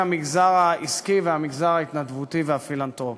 המגזר העסקי והמגזר ההתנדבותי והפילנתרופי.